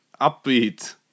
upbeat